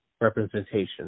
representation